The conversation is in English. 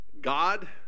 God